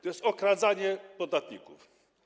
To jest okradanie podatników.